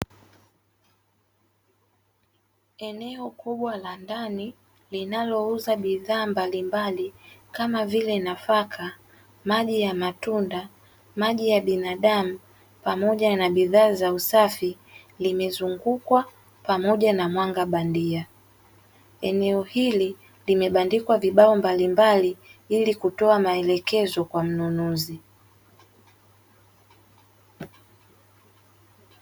Eneo kubwa la ndani linalouza bidhaa mbalimbali, kama vile: nafaka, maji ya matunda, maji ya binadamu pamoja na bidhaa za usafi, limezungukwa pamoja na mwanga bandia. Eneo hili limebandikwa vibao mbalimbali ili kutoa maelekezo kwa mnunuzi.